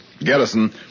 Garrison